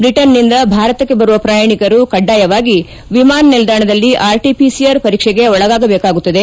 Britain ನಿಂದ ಭಾರತಕ್ಷೆ ಬರುವ ಪ್ರಯಾಣಿಕರು ಕಡ್ಡಾಯವಾಗಿ ವಿಮಾನ ನಿಲ್ಲಾಣದಲ್ಲಿ ಆರ್ಟಪಿಸಿಆರ್ ಪರೀಕ್ಷೆಗೆ ಒಳಗಾಗಬೇಕಾಗುತ್ತದೆ